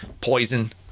Poison